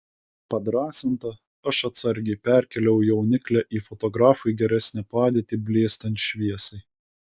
padrąsinta aš atsargiai perkėliau jauniklę į fotografui geresnę padėtį blėstant šviesai